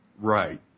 Right